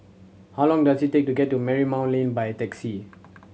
how long does it take to get to Marymount Lane by taxi